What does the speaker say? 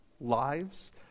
lives